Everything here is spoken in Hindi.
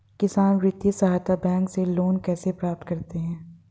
किसान वित्तीय सहायता बैंक से लोंन कैसे प्राप्त करते हैं?